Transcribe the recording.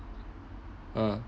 ah